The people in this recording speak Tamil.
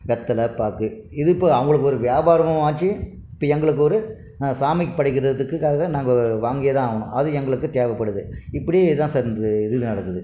வெற்றில பாக்கு இது இப்போ அவங்களுக்கு ஒரு வியாபாரமாகவும் ஆச்சு எங்களுக்கு ஒரு சாமிக்கு படைக்கிறதுக்காக நாங்கள் வாங்கியே தான் ஆகணும் அது எங்களுக்கு தேவைப்படுது இப்படி இதான் சார் இது நடக்குது